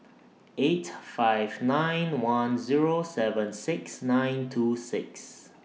eight five nine one Zero seven six nine two six